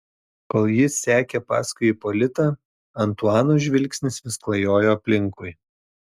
kol jis sekė paskui ipolitą antuano žvilgsnis vis klajojo aplinkui